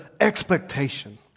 expectation